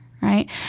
right